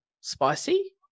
spicy